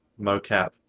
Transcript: mocap